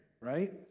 right